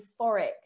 euphoric